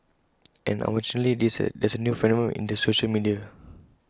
and unfortunately this there is A new phenomenon in the social media